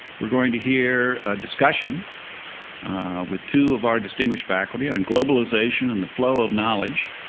we're going to hear a discussion with two of our distinguished faculty on globalization and the flow of knowledge.